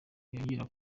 yongera